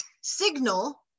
signal